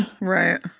Right